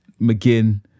McGinn